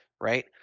right